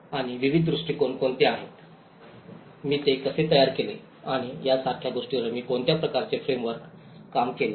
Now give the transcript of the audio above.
आणि विविध दृष्टिकोन कोणते आहेत मी ते कसे तयार केले आणि यासारख्या गोष्टींवर मी कोणत्या प्रकारचे फ्रेमवर्क काम केले